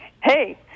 Hey